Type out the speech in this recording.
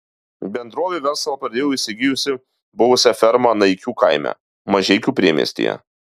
bendrovė verslą pradėjo įsigijusi buvusią fermą naikių kaime mažeikių priemiestyje